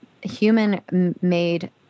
Human-made